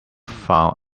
found